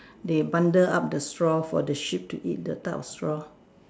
they bundle up the straw for the sheep to eat the top straw